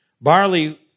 Barley